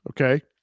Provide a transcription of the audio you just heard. okay